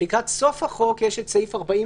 לקראת סוף החוק יש את סעיף 41,